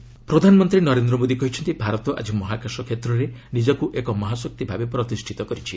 PM anti sat ପ୍ରଧାନମନ୍ତ୍ରୀ ନରେନ୍ଦ୍ର ମୋଦି କହିଛନ୍ତି ଭାରତ ଆଜି ମହାକାଶ କ୍ଷେତ୍ରରେ ନିଜକୁ ଏକ ମହାଶକ୍ତି ଭାବେ ପ୍ରତିଷ୍ଠିତ କରିଛି